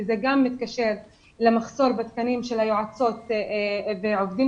וזה גם מתקשר למחסור בתקנים של יועצות ועובדים